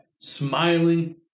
smiling